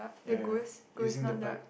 ya using the pipe